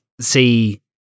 see